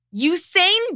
Usain